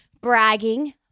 bragging